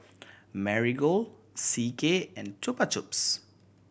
Marigold C K and Chupa Chups